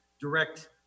direct